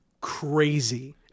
crazy